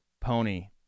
Pony